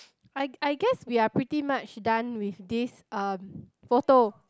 I I guess we are pretty much done with this um photo